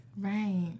right